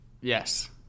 Yes